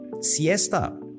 siesta